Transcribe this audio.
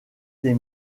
des